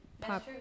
pop